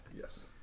Yes